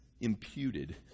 Imputed